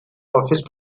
office